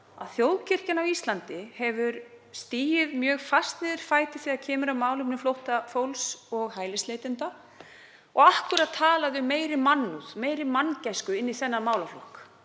þjóðkirkjan á Íslandi hefur stigið fast til jarðar þegar kemur að málefnum flóttafólks og hælisleitenda og akkúrat talað um meiri mannúð, meiri manngæsku inn í þennan málaflokk.